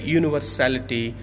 universality